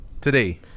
today